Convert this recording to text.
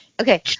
Okay